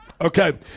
Okay